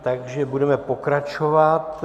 Takže budeme pokračovat.